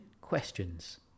questions